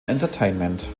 entertainment